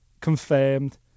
confirmed